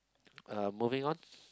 uh moving on